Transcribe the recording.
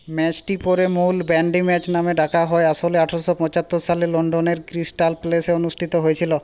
ম্যাচটি পরে মূল ব্র্যান্ডি ম্যাচ নামে ডাকা হয় আসলে আঠারোশো পঁচাত্তর সালে লন্ডনের ক্রিস্টাল প্যালেসে অনুষ্ঠিত হয়েছিল